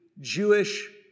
Jewish